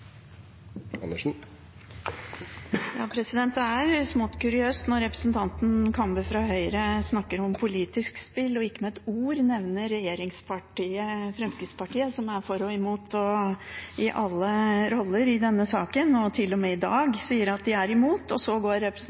Kambe fra Høyre snakker om politisk spill og ikke med ett ord nevner regjeringspartiet Fremskrittspartiet, som er for og imot og i alle roller i denne saken, og til og med i dag sier at de er imot – og så går